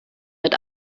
mit